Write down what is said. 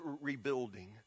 rebuilding